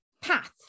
Path